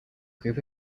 group